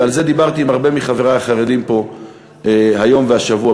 ועל זה דיברתי עם הרבה מחברי החרדים פה היום והשבוע,